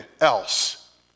else